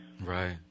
Right